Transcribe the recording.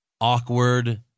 awkward